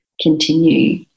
continue